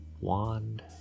wand